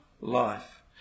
life